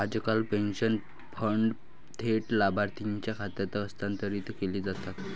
आजकाल pension fund थेट लाभार्थीच्या खात्यात हस्तांतरित केले जातात